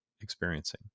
experiencing